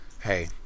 Hey